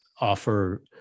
offer